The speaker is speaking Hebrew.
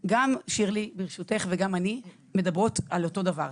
שירלי וגם אני מדברות על אותו דבר,